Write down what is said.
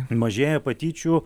mažėja patyčių